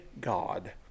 God